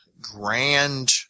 grand